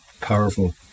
powerful